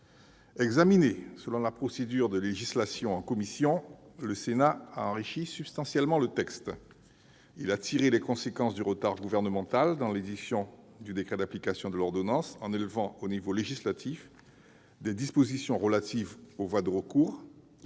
examiné selon la procédure de législation en commission. Il a tiré les conséquences du retard gouvernemental dans l'édiction du décret d'application de l'ordonnance en élevant au niveau législatif des dispositions relatives aux voies de recours.